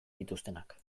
dituztenak